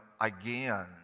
again